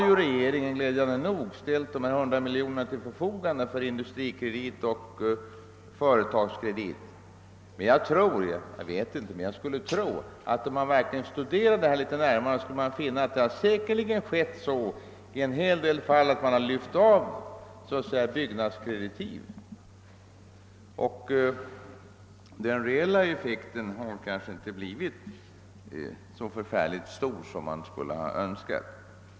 Regeringen har glädjande nog ställt 100 miljoner till förfogande för Industrikredit och Företagskredit. Men om man studerar detta litet närmare skulle jag tro att det i en hel del fall gått till så att man lyft av byggnadskreditiv. Den reella effekten har väl kanske inte blivit så stor som man skulle ha önskat.